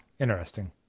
Interesting